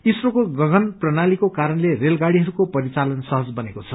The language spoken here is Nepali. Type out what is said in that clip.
इसरोको गगन प्रणालीको कारणले रेलगाड़ीहरूको परिचालन सहज बनेको छ